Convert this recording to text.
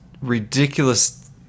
ridiculous